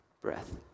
breath